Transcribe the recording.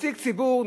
נציג ציבור,